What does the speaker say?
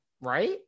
right